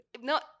No